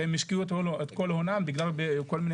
שהם השקיעו את כל הונם בגלל כל מיני